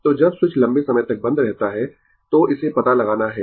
तो जब स्विच लंबे समय तक बंद रहता है तो इसे पता लगाना है